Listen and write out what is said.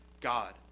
God